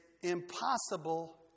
impossible